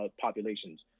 populations